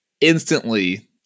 instantly